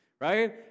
right